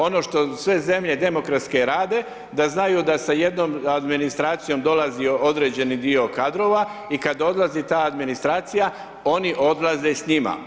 Ono što sve zemlje demokratski rade, da znaju da sa jednom administracijom dolazi određeni dio kadrova i kada odlazi ta administracija, oni odlaze s njima.